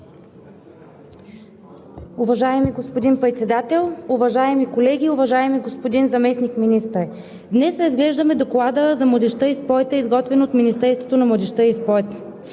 Уважаеми господин Председател, уважаеми колеги, уважаеми господин Заместник-министър! Днес разглеждаме Доклада за младежта и спорта, изготвен от Министерството на младежта и спорта.